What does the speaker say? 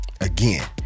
again